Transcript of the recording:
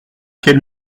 quel